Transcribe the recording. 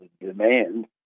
demand